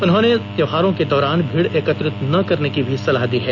उन्होंने त्योहारों के दौरान भीड़ एकत्रित न करने की भी सलाह दी है